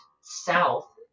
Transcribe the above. south